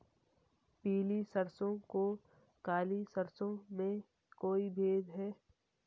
पीली सरसों और काली सरसों में कोई भेद है?